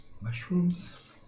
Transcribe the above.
Mushrooms